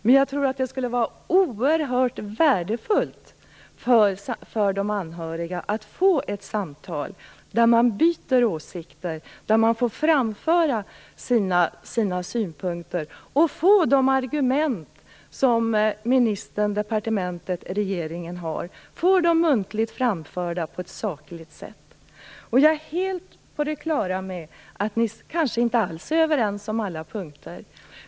Men jag tror att det skulle vara oerhört värdefullt för de anhöriga att få ett samtal där man byter åsikter, där man får framföra sina synpunkter och få de argument som ministern, departementet och regeringen har muntligt framförda på ett sakligt sätt. Jag är helt på det klara med att ni kanske inte alls är överens på alla punkter.